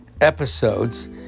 episodes